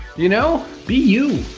you know? be you.